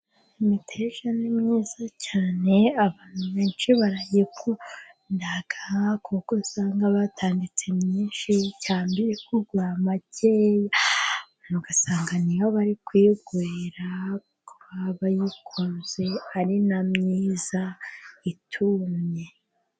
Imiteja ni myiza cyane. Abantu benshi barayikunda, kuko usanga batanditse myinshi cyangwa iri kugura make. Ugasanga niyo bari kwigura, kuko baba bayikunze ari na myiza itumye.